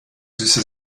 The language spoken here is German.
süße